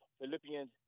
Philippians